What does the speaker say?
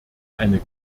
eine